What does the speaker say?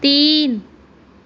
تین